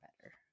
better